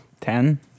Ten